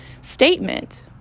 statement